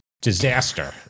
disaster